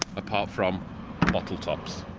apart from bottle tops.